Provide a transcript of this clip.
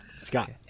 Scott